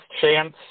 chance